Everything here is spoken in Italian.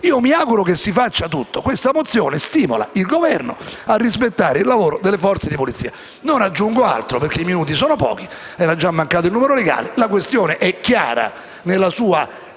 Mi auguro che si faccia tutto. Questa mozione stimola il Governo a rispettare il lavoro delle forze di polizia. Non aggiungo altro, perché i minuti sono pochi ed è già mancato una volta il numero legale. La questione è chiara nella sua